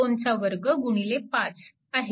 2 चा वर्ग गुणिले 5 आहे